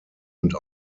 und